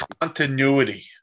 continuity